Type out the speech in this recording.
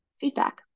feedback